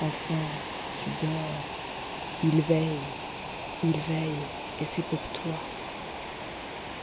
enfant tu dors il veille il veille et c'est pour toi